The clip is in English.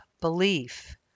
belief